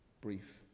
brief